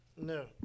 No